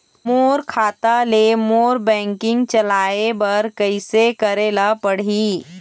मोर खाता ले मोर बैंकिंग चलाए बर कइसे करेला पढ़ही?